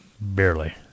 Barely